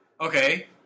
Okay